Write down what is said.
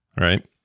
right